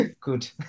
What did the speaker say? Good